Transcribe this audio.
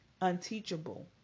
unteachable